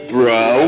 Bro